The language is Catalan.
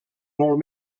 molt